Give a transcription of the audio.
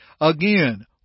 Again